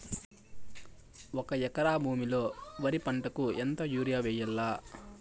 ఒక ఎకరా భూమిలో వరి పంటకు ఎంత యూరియ వేయల్లా?